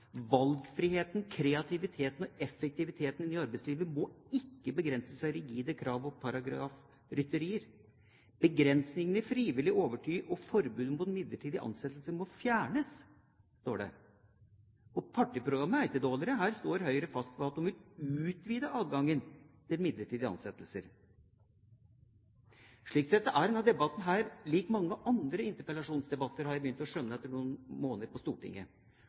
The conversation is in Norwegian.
kreativiteten og effektiviteten i det nye arbeidslivet må ikke begrenses av rigide krav og paragrafrytteri. Begrensningene i frivillig overtid og forbudet mot midlertidige ansettelser må fjernes.» Partiprogrammet er ikke dårligere. Her slår Høyre fast at det vil utvide adgangen til midlertidige ansettelser. Slik sett er denne debatten lik mange andre interpellasjonsdebatter – har jeg begynt å skjønne etter noen måneder på Stortinget.